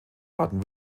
baden